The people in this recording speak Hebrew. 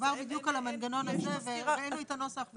דובר בדיוק על המנגנון הזה והראנו את הנוסח.